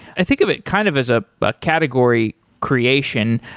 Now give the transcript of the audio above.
i think of it kind of as ah a category creation.